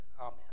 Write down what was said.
amen